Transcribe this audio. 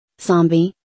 Zombie